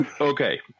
Okay